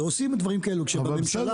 עושים דברים כאלו כשבממשלה מעבירים